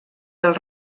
del